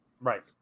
Right